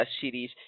series